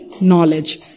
knowledge